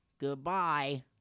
Goodbye